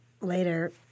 later